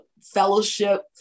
Fellowship